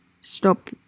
stop